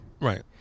Right